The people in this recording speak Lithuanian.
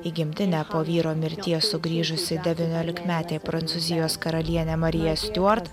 į gimtinę po vyro mirties sugrįžusi devyniolikmetė prancūzijos karalienė marija stiuart